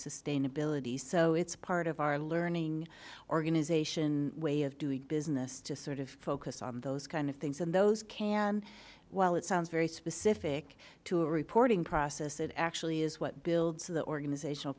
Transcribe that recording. sustainability so it's part of our learning organization way of doing business to sort of focus on those kind of things and those can while it sounds very specific to a reporting process it actually is what builds the organizational